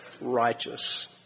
righteous